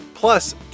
Plus